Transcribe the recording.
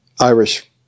Irish